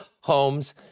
homes